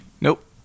Nope